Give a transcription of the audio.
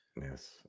Yes